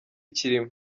ikirimo